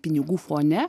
pinigų fone